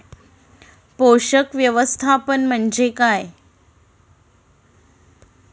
पोषक व्यवस्थापन म्हणजे काय?